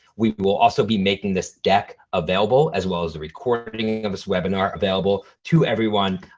we will also be making this deck available as well as the recording of this webinar available to everyone.